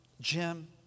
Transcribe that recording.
Jim